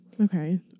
okay